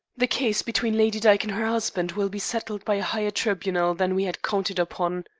the case between lady dyke and her husband will be settled by a higher tribunal than we had counted upon.